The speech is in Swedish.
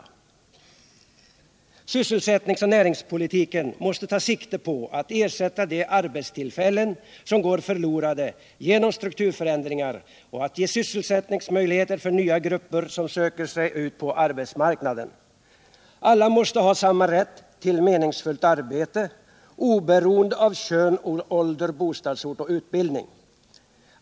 I programmets inledning säger vi: ”Sysselsättningsoch näringspolitiken måste ta sikte på att ersätta de arbetstillfällen som går förlorade genom strukturförändringar och att ge sysselsättningsmöjligheter för nya grupper som söker sig ut på arbetsmarknaden. Alla måste ha samma rätt till meningsfullt arbete oberoende av kön, ålder, bostadsort och utbildning.